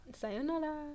Sayonara